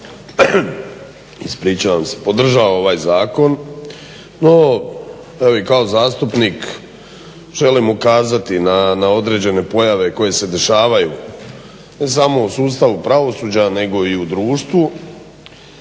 ispričavam se, podržava ovaj zakon. No, evo kao i zastupnik želim ukazati na određene pojave koje se dešavaju ne samo u sustavu pravosuđa, nego i u društvu